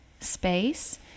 space